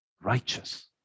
righteous